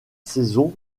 saison